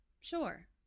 sure